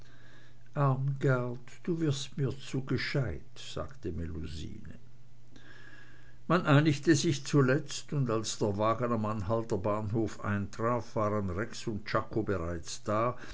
du wirst mir zu gescheit sagte melusine man einigte sich zuletzt und als der wagen am anhalter bahnhof eintraf waren rex und czako bereits da